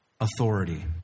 authority